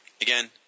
again